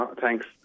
Thanks